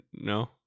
No